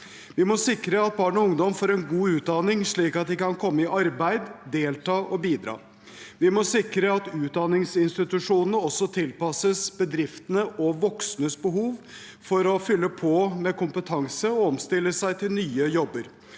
Vi må sikre at barn og ungdom får en god utdanning, slik at de kan komme i arbeid, delta og bidra. Vi må sikre at utdanningsinstitusjonene også tilpasses bedriftene og de voksnes behov for å fylle på med kompetanse og omstille seg til nye jobber.